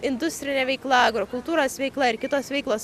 industrinė veikla agrokultūros veikla ir kitos veiklos